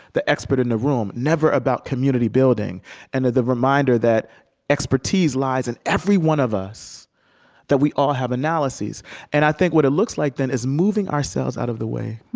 the expert in the room, never about community-building and the reminder that expertise lies in every one of us that we all have analyses and i think what it looks like, then, is moving ourselves out of the way